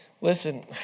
Listen